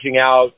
out